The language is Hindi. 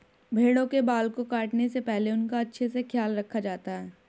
भेड़ों के बाल को काटने से पहले उनका अच्छे से ख्याल रखा जाता है